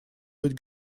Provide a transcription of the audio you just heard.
быть